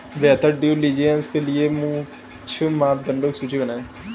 बेहतर due diligence के लिए कुछ मापदंडों की सूची बनाएं?